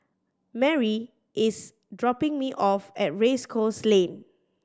Marie is dropping me off at Race Course Lane